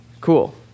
Cool